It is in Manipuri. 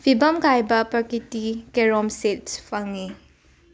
ꯐꯤꯕꯝ ꯀꯥꯏꯕ ꯄ꯭ꯔꯀ꯭ꯔꯤꯇꯤꯒꯤ ꯀꯦꯔꯣꯝ ꯁꯤꯗꯁ ꯐꯪꯉꯤ